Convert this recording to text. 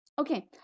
Okay